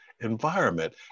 environment